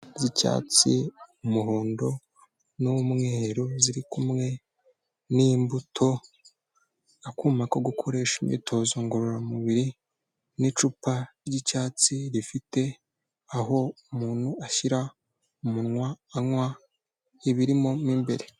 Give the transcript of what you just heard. Imboga z'icyatsi, umuhondo n'umweru ziri kumwe n'imbuto. Akuma ko gukoresha imyitozo ngororamubiri n'icupa ry'icyatsi rifite aho umuntu ashyira umunwa anywa ibirimo n'imbere.